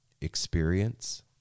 experience